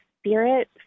spirit